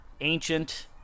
ancient